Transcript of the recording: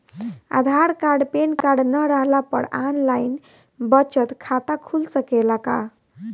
आधार card PAN card न रहला पर आन लाइन बचत खाता खुल सकेला का?